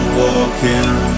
walking